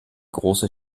große